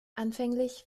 anfänglich